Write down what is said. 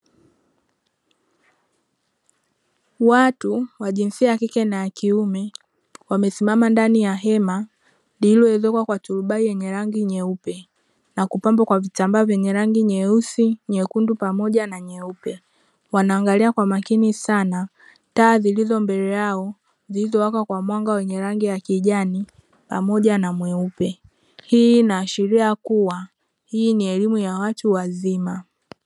Watu wa jinsia ya kike na ya kiume wamesimama ndani ya hema lililoezekwa kwa turubai lenye rangi nyeupe na kupambwa kwa vitambaa vyenye rangi nyeusi, nyekundu pamoja na nyeupe wanaangalia kwa makini sana taa zilizo mbele yao zilizowaka kwa mwanga wenye rangi ya kijani pamoja na mweupe, hii inaashiria kuwa hii ni elimu ya watu wazima.